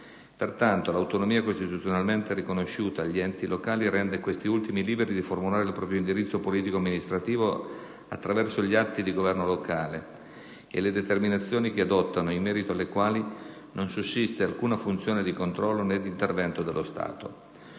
Pertanto, l'autonomia costituzionalmente riconosciuta agli enti locali rende questi ultimi liberi di formulare il proprio indirizzo politico-amministrativo attraverso gli atti di governo locale e le determinazioni che adottano, in merito alle quali non sussiste alcuna funzione di controllo, né di intervento dello Stato.